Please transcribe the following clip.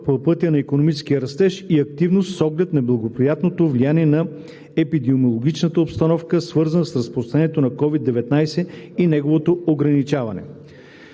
по пътя на икономическия растеж и активност с оглед неблагоприятното влияние на епидемиологичната обстановка, свързана с разпространението на COVID-19 и неговото ограничаване.